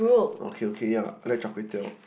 okay okay ya I like char-kway-teow